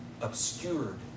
obscured